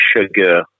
sugar